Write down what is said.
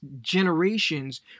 generations